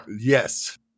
Yes